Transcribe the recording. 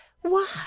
Why